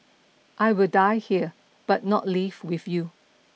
I will die here but not leave with you